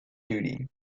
duty